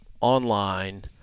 online